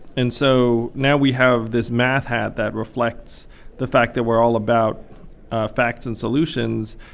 and so now we have this math hat that reflects the fact that we're all about facts and solutions.